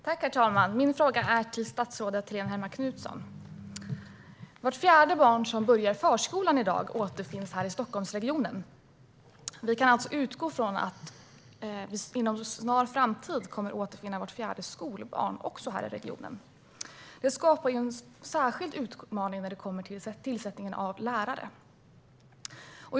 Herr talman! Min fråga går till statsrådet Helene Hellmark Knutsson. Vart fjärde barn som börjar i förskolan i dag återfinns här i Stockholmsregionen. Vi kan alltså utgå från att vi inom en snar framtid kommer att återfinna också vart fjärde skolbarn här i regionen. Detta skapar en särskild utmaning när det kommer till tillsättningen av lärare.